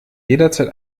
jederzeit